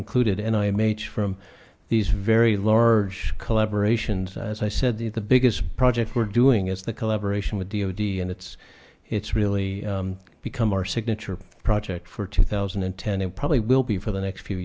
included n i m h from these very large collaboration's as i said the the biggest project we're doing is the collaboration with d o d and it's it's really become our signature project for two thousand and ten and probably will be for the next few